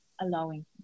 allowing